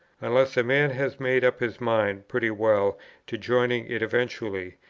unless a man has made up his mind pretty well to join it eventually.